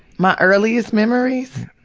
my earliest memories?